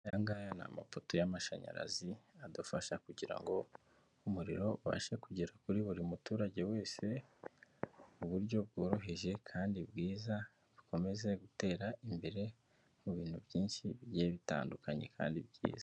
Ayangaya ni amapoto y'amashanyarazi adufasha kugirango umuriro ubashe kugera kuri buri muturage wese mu buryo bworoheje kandi bwiza bukomeze gutera imbere mu bintu byinshi bigiye bitandukanye kandi byiza.